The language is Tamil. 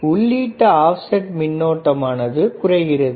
எனவே உள்ளீட்டு ஆப்செட் மின்னோட்டமானது குறைகிறது